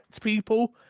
people